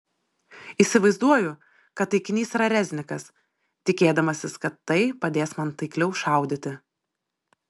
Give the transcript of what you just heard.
įsivaizduoju kad taikinys yra reznikas tikėdamasis kad tai padės man taikliau šaudyti